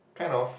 kind of